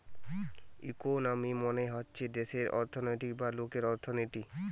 economy মানে হচ্ছে দেশের অর্থনৈতিক বা লোকের অর্থনীতি